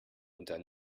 unter